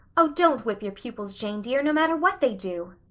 oh, don't whip your pupils, jane dear, no matter what they do.